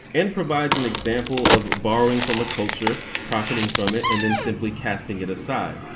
and provides an example of borrowing from a culture, profiting from it and then simply casting it aside.